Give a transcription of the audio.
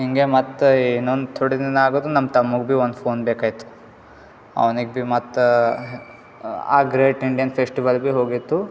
ಹಿಂಗೆ ಮತ್ತು ಇನ್ನೊಂದು ತೊಡಿ ದಿನ ಆಗದು ನಮ್ಮ ತಮ್ಮಗ್ ಬಿ ಒಂದು ಫೋನ್ ಬೇಕಾಯ್ತು ಅವ್ನಿಗೆ ಬಿ ಮತ್ತು ಆ ಗ್ರೇಟ್ ಇಂಡಿಯನ್ ಫೆಸ್ಟಿವಲ್ ಬಿ ಹೋಗಿತ್ತು